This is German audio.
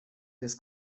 des